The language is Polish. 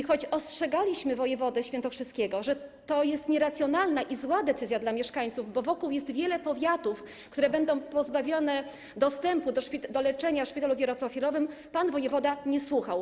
Choć ostrzegaliśmy wojewodę świętokrzyskiego, że to jest nieracjonalna i zła decyzja dla mieszkańców, bo wokół jest wiele powiatów, które będą pozbawione dostępu do leczenia w szpitalu wieloprofilowym, pan wojewoda nie słuchał.